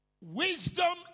Wisdom